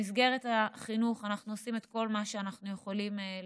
במסגרת החינוך אנחנו עושים את כל מה שאנחנו יכולים לעשות,